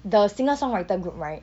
the singer songwriter group right